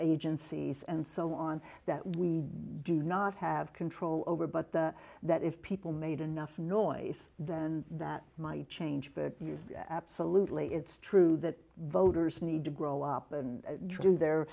agencies and so on that we do not have control over but the that if people made enough noise then that might change absolutely it's true that voters need to grow up and do their